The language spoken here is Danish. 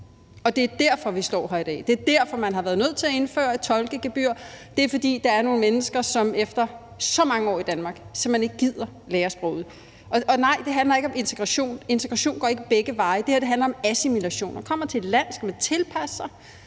Det er derfor, at vi står her i dag. Det er derfor, at man har været nødt til at indføre et tolkegebyr. Det er, fordi der er nogle mennesker, som efter så mange år i Danmark simpelt hen ikke gider lære sproget. Og nej, det handler ikke om integration. Integration går ikke begge veje. Det her handler om assimilation. Når man kommer til et land, skal man tilpasse sig,